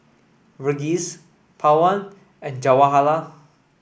Verghese Pawan and Jawaharlal